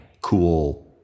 cool